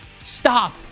Stop